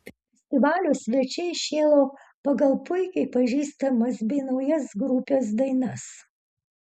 festivalio svečiai šėlo pagal puikiai pažįstamas bei naujas grupės dainas